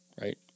right